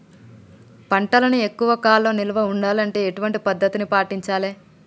పంటలను ఎక్కువ కాలం నిల్వ ఉండాలంటే ఎటువంటి పద్ధతిని పాటించాలే?